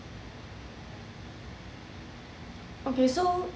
okay so